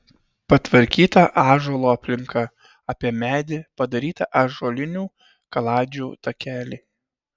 patvarkyta ąžuolo aplinka apie medį padaryti ąžuolinių kaladžių takeliai